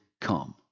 come